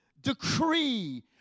decree